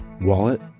wallet